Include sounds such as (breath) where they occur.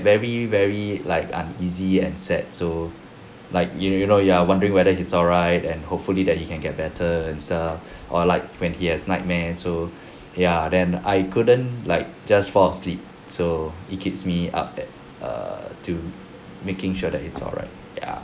very very like uneasy and sad so like you you know you are wondering whether he's all right and hopefully that he can get better and stuff (breath) or like when he has nightmare so (breath) ya then I couldn't like just fall asleep so it keeps me up at err to making sure that it's all right ya